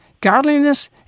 Godliness